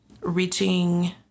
reaching